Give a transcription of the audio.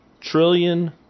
trillion